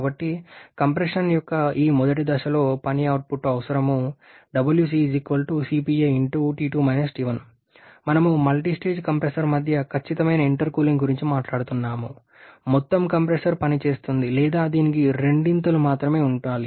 కాబట్టి కంప్రెషన్ యొక్క ఈ మొదటి దశలో పని ఇన్పుట్ అవసరం మేము మల్టీస్టేజ్ కంప్రెసర్ మధ్య ఖచ్చితమైన ఇంటర్కూలింగ్ గురించి మాట్లాడుతున్నాము మొత్తం కంప్రెసర్ పని చేస్తుంది లేదా దీనికి రెండింతలు మాత్రమే ఉండాలి